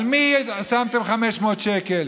על מי שמתם 500 שקל?